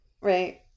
right